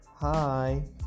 Hi